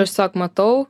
aš tiesiog matau